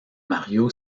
mario